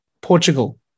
Portugal